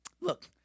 Look